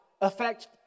affect